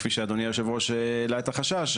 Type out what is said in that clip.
כפי שאדוני היושב-ראש העלה את החשש,